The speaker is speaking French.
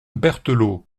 berthelot